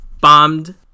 bombed